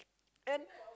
and